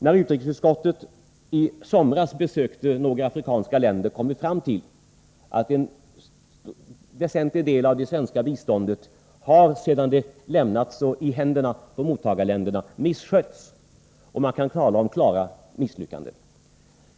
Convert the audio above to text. När utrikesutskottet i somras besökte några afrikanska länder kom vi fram till att en väsentlig del av det svenska biståndet sedan det lämnats i händerna på mottagarländerna har misskötts och att man kan tala om klara misslyckanden.